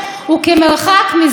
צודק.